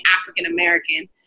African-American